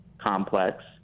complex